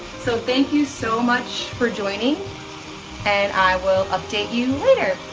so thank you so much for joining and i will update you later.